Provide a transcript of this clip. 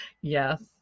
yes